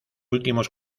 últimos